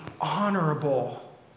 honorable